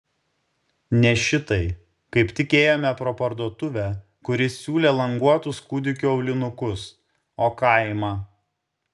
ne šitai kaip tik ėjome pro parduotuvę kuri siūlė languotus kūdikių aulinukus o kaimą